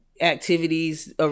activities